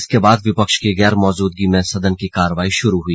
इसके बाद विपक्ष की गैरमौजूदगी में सदन की कार्यवाही शुरू हुई